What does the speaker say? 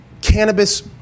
cannabis